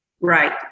Right